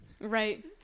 Right